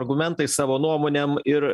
argumentais savo nuomonėm ir